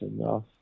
enough